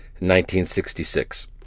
1966